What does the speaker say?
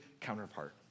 counterpart